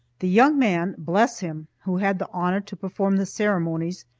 the young man bless him who had the honor to perform the ceremonies,